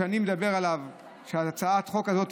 מה שאני מדבר עליו בהצעת החוק הזאת,